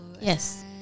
Yes